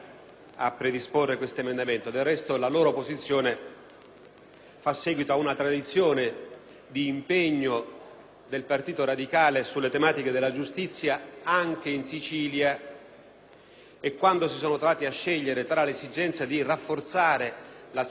fa seguito ad una tradizione di impegno del Partito radicale sulle tematiche della giustizia anche in Sicilia: nel passato, quando si sono trovati a scegliere tra l'esigenza di rafforzare l'azione dello Stato nel contrasto alla criminalità organizzata mafiosa